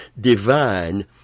divine